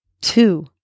Two